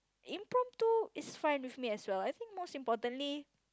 impromptu is fine with me as well I think most importantly